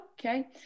Okay